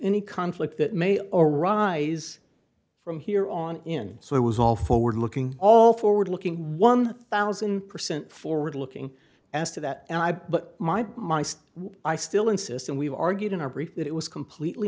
any conflict that may arise from here on in so it was all forward looking all forward looking one thousand percent forward looking as to that and i but my mind i still insist and we've argued in our brief that it was completely